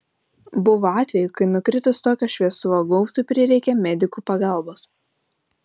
buvo atvejų kai nukritus tokio šviestuvo gaubtui prireikė medikų pagalbos